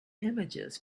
images